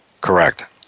Correct